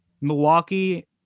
Milwaukee